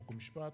חוק ומשפט.